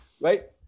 Right